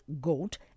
goat